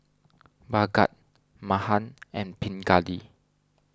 Bhagat Mahan and Pingali